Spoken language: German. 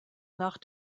nach